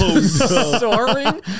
soaring